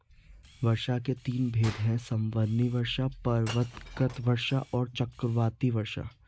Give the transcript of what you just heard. वर्षा के तीन भेद हैं संवहनीय वर्षा, पर्वतकृत वर्षा और चक्रवाती वर्षा